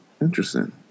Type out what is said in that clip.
interesting